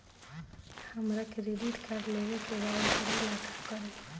हमरा credit card लेवे के बा वोकरा ला का करी?